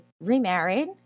remarried